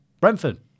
Brentford